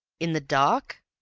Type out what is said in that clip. in the dark!